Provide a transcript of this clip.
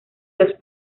los